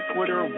Twitter